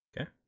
okay